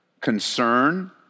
concern